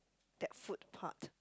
that food part